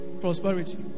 prosperity